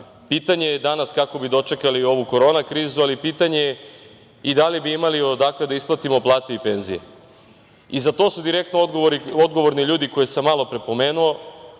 pitanje je danas kako bi dočekali ovu korona krizu, ali pitanje je i da li bi imali odakle da isplatimo plate i penzije.Za to su, direktno, odgovorni ljudi koje sam malo pre pomenuo,